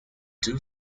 two